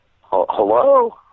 Hello